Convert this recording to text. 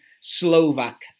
Slovak